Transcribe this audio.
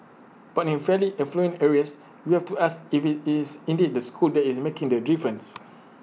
but in fairly affluent areas you have to ask if IT is indeed the school that is making the difference